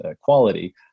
quality